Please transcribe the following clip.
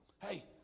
hey